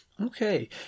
okay